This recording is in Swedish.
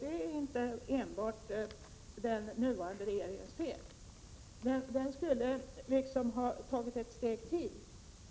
Det är inte enbart den nuvarande regeringens fel, men den skulle liksom ha tagit ett steg till.